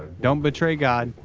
don't betray god,